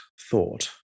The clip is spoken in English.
thought